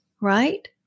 right